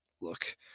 look